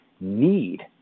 need